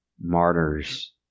martyrs